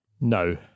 No